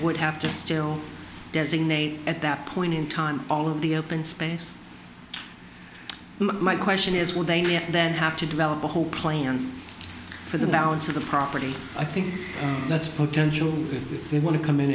would have to still designate at that point in time all of the open space my question is will they react then have to develop a whole player for the balance of the property i think that's potential if they want to come in